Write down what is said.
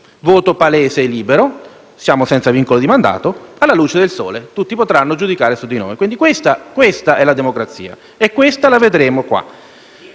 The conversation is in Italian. voto palese e libero - siamo senza vincolo di mandato - alla luce del sole. Tutti potranno giudicarci. Questa è la democrazia e la vedremo qua.